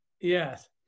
Yes